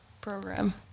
program